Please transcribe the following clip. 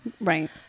Right